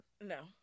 No